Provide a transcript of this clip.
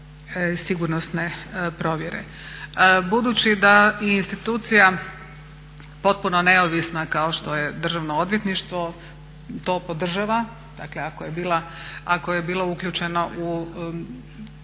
sigurnosne provjere. Budući da i institucija potpuno neovisna kao što je Državno odvjetništvo to podržava, dakle ako je bilo uključeno u